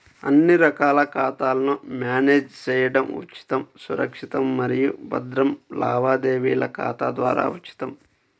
అన్ని రకాల ఖాతాలను మ్యానేజ్ చేయడం ఉచితం, సురక్షితం మరియు భద్రం లావాదేవీల ఖాతా ద్వారా ఉచితం